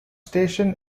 station